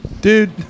Dude